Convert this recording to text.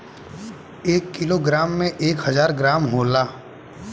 एक किलोग्राम में एक हजार ग्राम होला